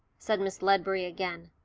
said miss ledbury again,